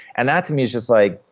and that to me is just like,